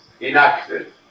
enacted